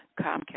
Comcast